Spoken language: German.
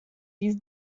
dies